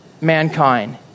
mankind